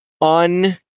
un